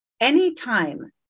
anytime